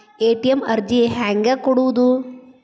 ATM ಅರ್ಜಿ ಹೆಂಗೆ ಕೊಡುವುದು?